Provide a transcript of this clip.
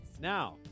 now